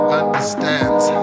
understands